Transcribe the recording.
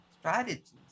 strategies